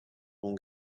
bons